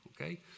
okay